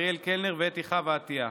אריאל קלנר ואתי חוה עטייה,